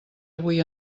avui